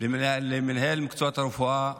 למנהל מקצועות הרפואה פרופ'